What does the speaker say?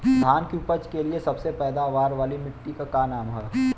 धान की उपज के लिए सबसे पैदावार वाली मिट्टी क का नाम ह?